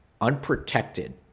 unprotected